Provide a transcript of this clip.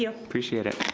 yeah appreciate it.